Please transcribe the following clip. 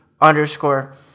underscore